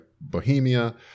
Bohemia